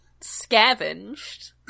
scavenged